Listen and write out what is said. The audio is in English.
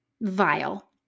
vile